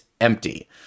empty